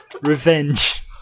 Revenge